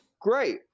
Great